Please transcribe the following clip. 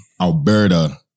Alberta